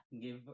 give